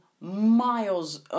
miles